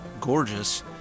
gorgeous